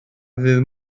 ddydd